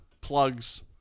plugs